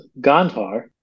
Gandhar